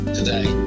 today